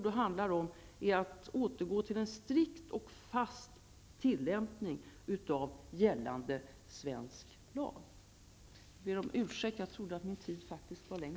Det handlar då om att återgå till en strikt och fast tillämpning av gällande svensk lag.